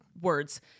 words